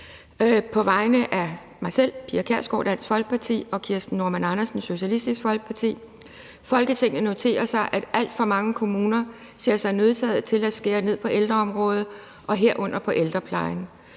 på vegne af Dansk Folkeparti og Socialistisk Folkeparti: Forslag til vedtagelse »Folketinget noterer sig, at alt for mange kommuner ser sig nødsaget til at skære ned på ældreområdet og herunder på ældreplejen.